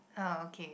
oh okay